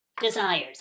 desires